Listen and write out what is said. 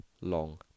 Long